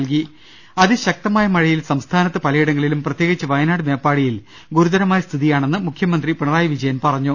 രുട്ട്ട്ട്ട്ട്ട്ട്ട്ട്ട്ട അതിശക്തമായ മഴയിൽ സംസ്ഥാനത്ത് പലയിടങ്ങളിലും പ്രത്യേകിച്ച് വയനാട് മേപ്പാടിയിൽ ഗുരുതരമായ സ്ഥിതിയാണെന്ന് മുഖ്യമന്ത്രി പിണ റായി വിജയൻ പറഞ്ഞു